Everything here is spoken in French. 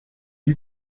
lui